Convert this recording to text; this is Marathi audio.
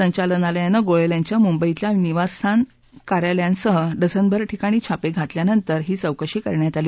संचालनालयानं गोयल यांच्या मुंबईतल्या निवासस्थन कार्यालयांसह डझनभर ठिकाणी छापे घातल्यानंतर ही चौकशी करण्यात आली